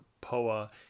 POA